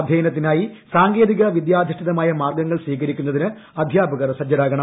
അദ്ധ്യയനത്തിനായി സാങ്കേതിക വിദ്യാധിഷ്ഠിതമായ മാർഗ്ഗങ്ങൾ സ്വീകരിക്കുന്നതിന് അധ്യാപകർ സജ്ജരാകണം